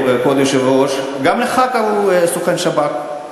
כבוד היושב-ראש, גם לך קראו "סוכן שב"כ".